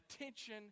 Attention